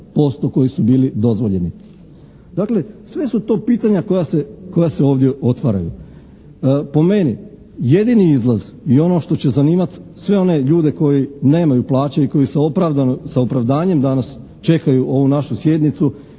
Dakle, sve su to pitanja koja se ovdje otvaraju. Po meni, jedini izlaz i ono što će zanimati sve one ljude koji nemaju plaće i koji se opravdano, sa opravdanjem danas čekaju ovu našu sjednicu